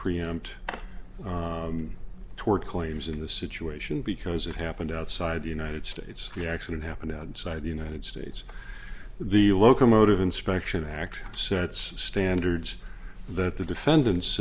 preempt tort claims in the situation because it happened outside the united states the accident happened outside of the united states the locomotive inspection act sets standards the the defendant